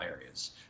areas